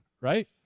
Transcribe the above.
Right